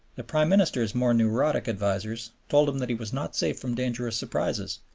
the prime minister's more neurotic advisers told him that he was not safe from dangerous surprises,